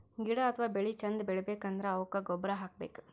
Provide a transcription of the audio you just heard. ಗಿಡ ಅಥವಾ ಬೆಳಿ ಚಂದ್ ಬೆಳಿಬೇಕ್ ಅಂದ್ರ ಅವುಕ್ಕ್ ಗೊಬ್ಬುರ್ ಹಾಕ್ಬೇಕ್